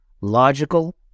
logical